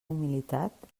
humilitat